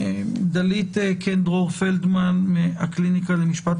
דלית קן דרור פלדמן מהקליניקה למשפט,